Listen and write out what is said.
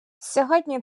сьогодні